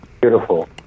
Beautiful